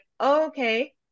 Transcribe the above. okay